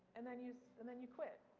and then you and then you quit,